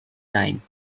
time